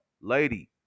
Lady